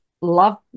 love